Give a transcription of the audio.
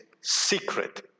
secret